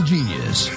Genius